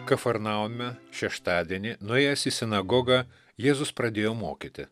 kafarnaume šeštadienį nuėjęs į sinagogą jėzus pradėjo mokyti